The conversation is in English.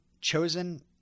Chosen